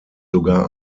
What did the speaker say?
sogar